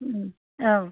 অঁ